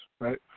right